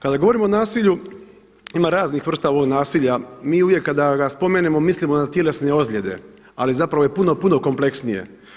Kada govorimo o nasilju, ima raznih vrsta ovog nasilja, mi uvijek kada ga spomenemo mislimo na tjelesne ozljede ali zapravo je puno, puno kompleksnije.